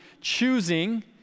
choosing